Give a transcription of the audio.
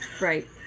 right